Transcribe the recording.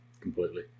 completely